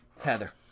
Heather